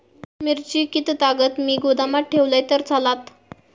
मिरची कीततागत मी गोदामात ठेवलंय तर चालात?